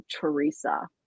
Teresa